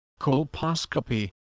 colposcopy